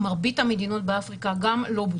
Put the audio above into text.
מרבית המדינות באפריקה לא בודקות,